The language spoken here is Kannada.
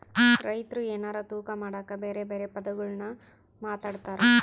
ರೈತ್ರು ಎನಾರ ತೂಕ ಮಾಡಕ ಬೆರೆ ಬೆರೆ ಪದಗುಳ್ನ ಮಾತಾಡ್ತಾರಾ